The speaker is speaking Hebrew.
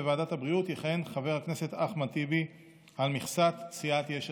בוועדת הבריאות יכהן חבר הכנסת אחמד טיבי על מכסת סיעת יש עתיד.